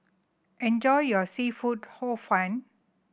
enjoy your seafood Hor Fun